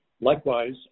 Likewise